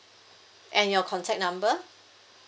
and your contact number